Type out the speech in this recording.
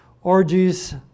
orgies